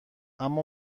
اما